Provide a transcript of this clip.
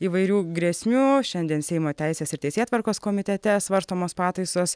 įvairių grėsmių šiandien seimo teisės ir teisėtvarkos komitete svarstomos pataisos